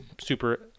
super